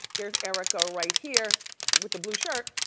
there's erika right here with the blue shirt,